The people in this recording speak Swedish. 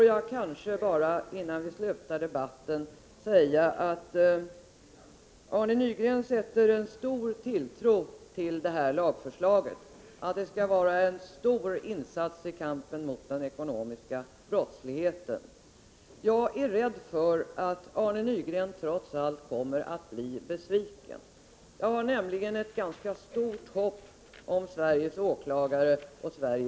Jag vill vidare innan vi avslutar debatten bara säga att Arne Nygren har en stor tilltro till att det här lagförslaget skall innebära en stor insats i kampen mot den ekonomiska brottsligheten. Jag är rädd för att Arne Nygren trots allt kommer att bli besviken. Jag har nämligen ett ganska stort hopp om Sveriges åklagare och domare.